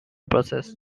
process